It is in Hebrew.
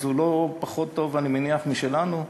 אז הוא לא פחות טוב, אני מניח, משלנו.